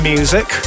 Music